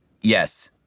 Yes